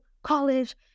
college